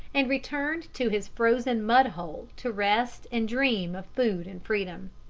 and returned to his frozen mud-hole to rest and dream of food and freedom.